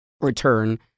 return